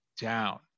down